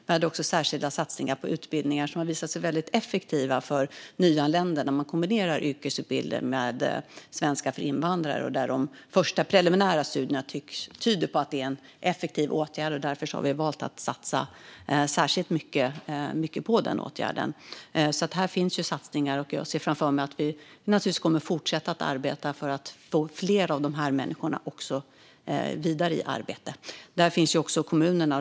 Vi hade också särskilda satsningar på utbildningar som har visat sig väldigt effektiva för nyanlända - man kombinerar yrkesutbildning med svenska för invandrare. De första preliminära studierna tyder på att det är en effektiv åtgärd. Därför har vi valt att satsa särskilt mycket på den åtgärden. Här finns alltså satsningar, och jag ser framför mig att vi naturligtvis kommer att fortsätta att arbeta för att få fler av dessa människor i arbete. Där finns också kommunerna.